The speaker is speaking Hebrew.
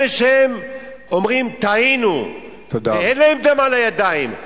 אלה שאומרים: טעינו, ואין להם דם על הידיים.